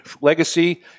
legacy